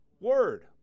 Word